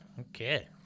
Okay